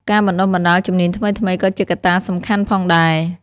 ការបណ្ដុះបណ្ដាលជំនាញថ្មីៗក៏ជាកត្តាសំខាន់ផងដែរ។